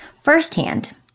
firsthand